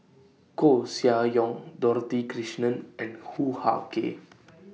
Koeh Sia Yong Dorothy Krishnan and Hoo Ah Kay